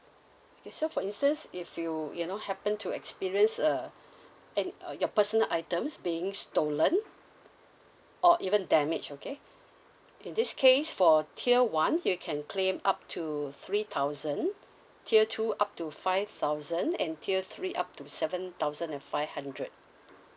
okay so for instance if you you know happen to experience uh an your personal items being stolen or even damage okay in this case for tier one you can claim up to three thousand tier two up to five thousand and tier three up to seven thousand and five hundred